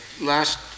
last